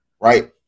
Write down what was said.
right